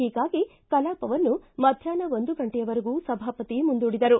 ಹೀಗಾಗಿ ಕಲಾಪವನ್ನು ಮಧ್ಯಾಪ್ಯ ಒಂದು ಗಂಟೆಯವರೆಗೂ ಸಭಾಪತಿ ಮುಂದೂಡಿದರು